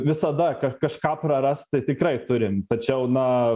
visada kažką prarasti tikrai turim tačiau na